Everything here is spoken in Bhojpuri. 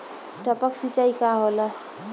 टपक सिंचाई का होला?